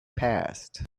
passed